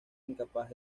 incapaz